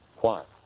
why?